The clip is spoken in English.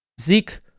Zeke